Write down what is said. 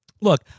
look